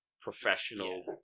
professional